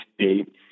state